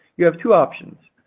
you have two options.